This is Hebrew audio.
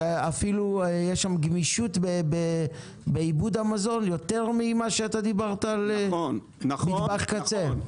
ואפילו יש שם גמישות בעיבוד המזון יותר ממה שאתה דיברת על מטבח קצה?